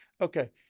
okay